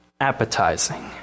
appetizing